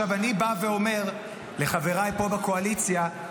אני בא ואומר לחבריי בקואליציה: